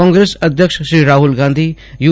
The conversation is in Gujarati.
કોગ્રેસ અધ્યક્ષ શ્રી રાફ્લ ગાંધી યુ